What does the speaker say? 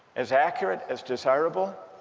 as accurate, as desirable?